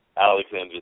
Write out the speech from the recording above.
Alexander